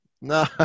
No